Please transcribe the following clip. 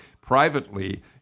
privately